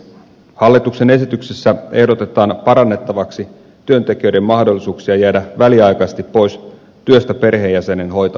hallituksen esityksessä ehdotetaan parannettavaksi työntekijöiden mahdollisuuksia jäädä väliaikaisesti pois työstä perheenjäsenen hoitamiseksi